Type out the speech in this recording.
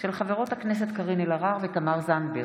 של חברות הכנסת קארין אלהרר ותמר זנדברג.